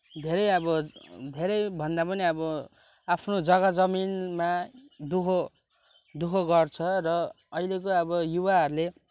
धेरै अब धेरै भन्दा पनि अब आफ्नो जग्गा जमिनमा दुःख दुःख गर्छ र अहिलेको अब युवाहरूले